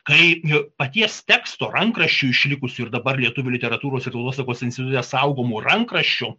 kai paties teksto rankraščių išlikusių ir dabar lietuvių literatūros ir tautosakos institute saugomo rankraščio